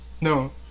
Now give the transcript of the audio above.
No